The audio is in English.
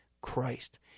Christ